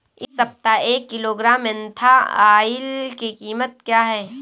इस सप्ताह एक किलोग्राम मेन्था ऑइल की कीमत क्या है?